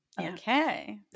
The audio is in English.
okay